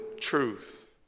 truth